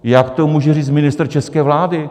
Jak to může říct ministr české vlády?